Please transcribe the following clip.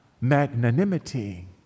magnanimity